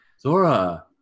Zora